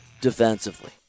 defensively